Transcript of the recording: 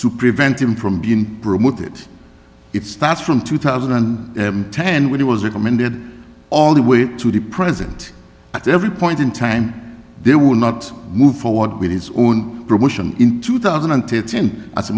to prevent him from being promoted it starts from two thousand and ten when he was recommended all the way up to the present at every point in time there will not move forward with his own promotion in two thousand and thirteen as a